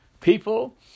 people